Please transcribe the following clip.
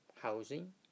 Housing